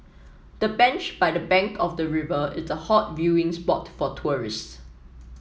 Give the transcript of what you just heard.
the bench by the bank of the river is a hot viewing spot for tourists